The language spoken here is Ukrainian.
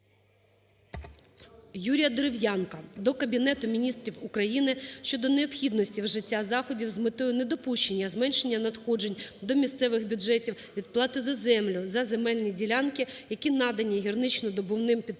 Юрія Дерев'янка до Кабінету Міністрів України щодо необхідності вжиття заходів з метою недопущення зменшення надходжень до місцевих бюджетів від плати за землю за земельні ділянки, які надані гірничодобувним підприємствам